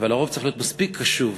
אבל הרוב צריך להיות מספיק קשוב,